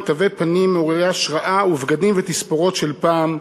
עם תווי פנים מעוררי השראה ובגדים ותספורות של פעם,